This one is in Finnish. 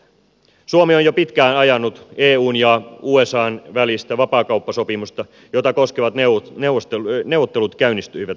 suomi on jo pitkään ajanut eun ja usan välistä vapaakauppasopimusta jota koskevat neuvottelut käynnistyivät tällä viikolla